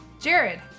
Jared